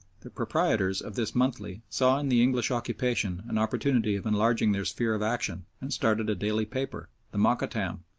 the proprietors of this monthly saw in the english occupation an opportunity of enlarging their sphere of action and started a daily paper, the mokattam,